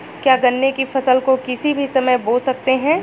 क्या गन्ने की फसल को किसी भी समय बो सकते हैं?